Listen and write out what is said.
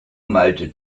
major